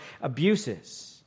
abuses